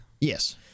Yes